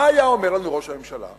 מה היה אומר לנו ראש הממשלה?